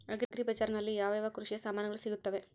Agri ಬಜಾರಿನಲ್ಲಿ ಯಾವ ಯಾವ ಕೃಷಿಯ ಸಾಮಾನುಗಳು ಸಿಗುತ್ತವೆ?